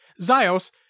Zios